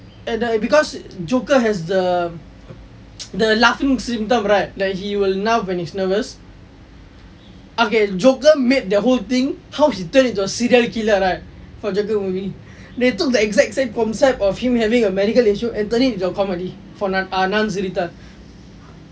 and err because joker has the the laughing symptoms right like he will laugh when he is nervous again okay joker made the whole thing how he turn into a serial killer right for the movie they took the exact same concept of him having a medical issue and turn it into a comedy for err நான் சிரித்தாள்:naan sirithaal